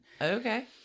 Okay